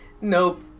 Nope